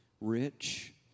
rich